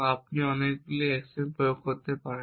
আপনি অনেকগুলি অ্যাকশন প্রয়োগ করতে পারেন